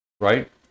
right